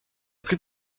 plus